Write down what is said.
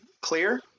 clear